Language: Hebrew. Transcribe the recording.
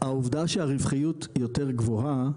העובדה שהרווחיות יותר גבוהה,